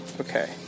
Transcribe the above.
Okay